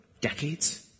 decades